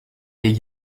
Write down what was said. des